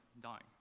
dying